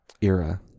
Era